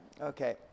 Okay